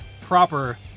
proper